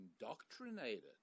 indoctrinated